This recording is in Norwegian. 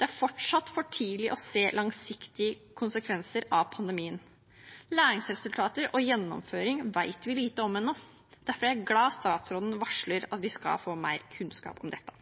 Det er fortsatt for tidlig å se langsiktige konsekvenser av pandemien. Læringsresultater og gjennomføring vet vi lite om ennå. Derfor er jeg glad for at statsråden varsler at vi skal få mer kunnskap om dette.